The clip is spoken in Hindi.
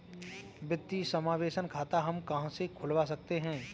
वित्तीय समावेशन खाता हम कहां से खुलवा सकते हैं?